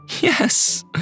Yes